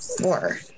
Four